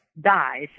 dies